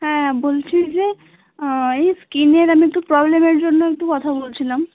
হ্যাঁ বলছি যে এই স্কিনের আমি একটু প্রবলেমের জন্য একটু কথা বলছিলাম